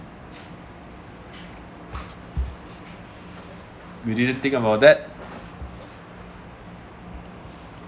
you didn't think about that